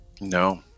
No